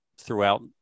throughout